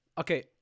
Okay